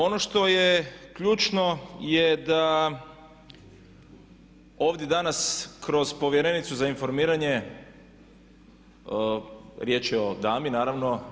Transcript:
Ono što je ključno je da ovdje danas kroz Povjerenicu za informiranje, riječ je o dami naravno.